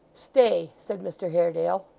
stay, said mr haredale.